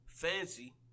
Fancy